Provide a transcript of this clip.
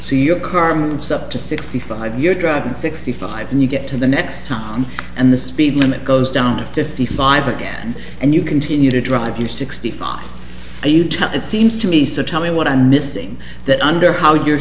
so your car moves up to sixty five you're driving sixty five and you get to the next town and the speed limit goes down to fifty five again and you continue to drive your sixty five a you tell it seems to me so tell me what i'm missing that under how you're